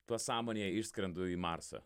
pasąmonėje išskrendu į marsą